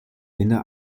linda